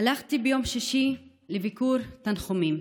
הלכתי ביום שישי לביקור תנחומים,